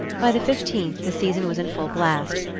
by the fifteenth the season was in full blast,